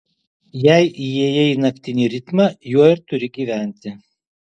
jei įėjai į naktinį ritmą juo ir turi gyventi